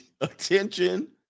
attention